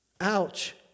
Ouch